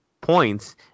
points